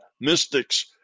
mystics